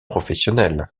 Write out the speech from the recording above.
professionnelle